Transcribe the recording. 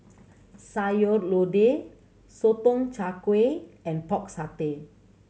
Sayur Lodeh Sotong Char Kway and Pork Satay